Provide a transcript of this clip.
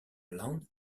land